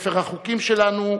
ספר החוקים שלנו,